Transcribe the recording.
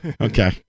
Okay